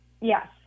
Yes